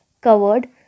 covered